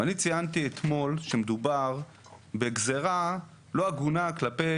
ואני ציינתי אתמול שמדובר בגזרה לא הגונה כלפי